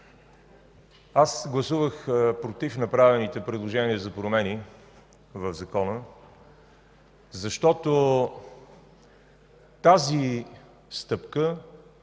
Аз гласувах „против” направените предложения за промени в Закона, защото тази стъпка